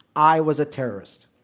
i was a terrorist.